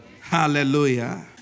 Hallelujah